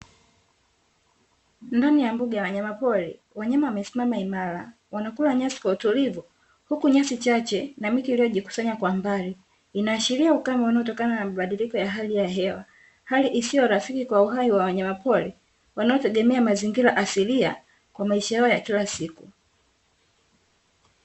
Ndani ya mbuga ya wanyamapori, wanyama wamesimama imara wanakula nyasi kwa utulivu, huku nyasi chache na miti iliyojikusanya kwa mbali inaashiria ukame unaotokana na mabadiliko ya hali ya hewa, hali isiyo rafiki kwa uhai wa wanyamapori wanaotegemea mazingira asilia kwa maisha yao ya kila siku.